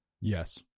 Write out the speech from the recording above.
Yes